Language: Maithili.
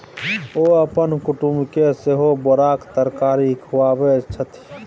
ओ अपन कुटुमके सेहो बोराक तरकारी खुआबै छथि